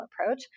approach